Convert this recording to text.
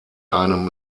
einem